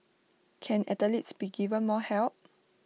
can athletes be given more help